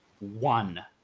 one